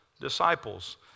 disciples